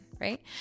right